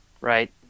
right